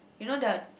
you know the